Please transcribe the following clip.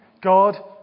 God